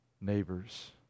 neighbors